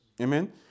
Amen